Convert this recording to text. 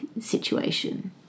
situation